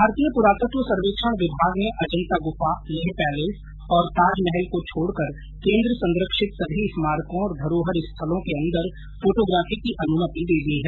भारतीय पुरातत्व सर्वेक्षण विभाग ने अजंता गुफा लेह पैलेस और ताजमहल को छोड़कर केंद्र संरक्षित सभी स्मारकों और धरोहर स्थलों के अंदर फोटोग्राफी की अनुमति दे दी है